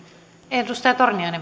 arvoisa rouva